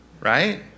right